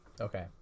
Okay